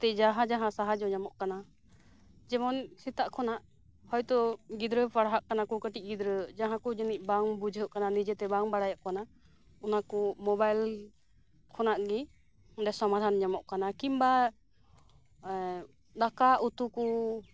ᱛᱮ ᱡᱟᱦᱟᱸ ᱡᱟᱦᱟᱸ ᱥᱟᱦᱟᱡᱡᱳ ᱧᱟᱢᱚᱜ ᱠᱟᱱᱟ ᱡᱮᱢᱚᱱ ᱥᱮᱛᱟᱜ ᱠᱷᱚᱱᱟᱜ ᱦᱚᱭ ᱛᱚ ᱜᱤᱫᱽᱨᱟᱹ ᱯᱟᱲᱦᱟᱜ ᱠᱟᱱᱟ ᱠᱚ ᱠᱟᱴᱤᱡ ᱜᱤᱫᱽᱨᱟᱹ ᱡᱟᱦᱟᱸ ᱠᱚ ᱡᱟᱱᱤᱡ ᱵᱟᱝ ᱵᱩᱡᱷᱟᱹᱜ ᱠᱟᱱᱟ ᱱᱤᱡᱮᱛᱮ ᱵᱟᱝ ᱵᱟᱲᱟᱭᱚᱜ ᱠᱟᱱᱟ ᱚᱱᱟ ᱠᱚ ᱢᱚᱵᱟᱭᱤᱞ ᱠᱷᱚᱱᱟᱜ ᱜᱮ ᱚᱸᱰᱮ ᱥᱚᱢᱟᱫᱷᱟᱱ ᱧᱟᱢᱚᱜ ᱠᱟᱱᱟ ᱠᱤᱢᱵᱟ ᱫᱟᱠᱟ ᱩᱛᱩ ᱠᱚ